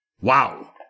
Wow